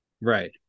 Right